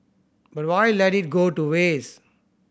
but why let it go to waste